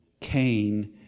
Cain